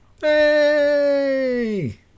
Hey